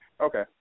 Okay